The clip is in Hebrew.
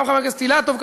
גם חבר הכנסת אילטוב,